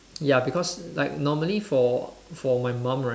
ya because like normally for for my mum